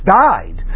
died